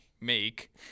make